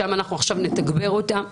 אנחנו נתגבר אותנו.